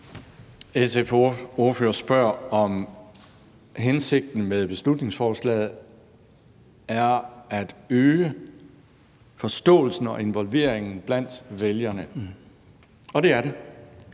SF's ordfører spørger, om hensigten med beslutningsforslaget er at øge forståelsen og involveringen blandt vælgerne. Det er den.